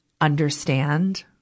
understand